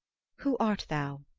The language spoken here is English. who art thou?